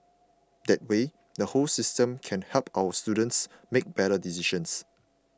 that way the whole system can help our students make better decisions